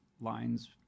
lines